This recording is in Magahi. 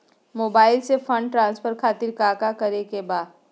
मोबाइल से फंड ट्रांसफर खातिर काका करे के बा?